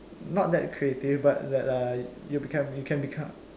not that creative but uh you become you can become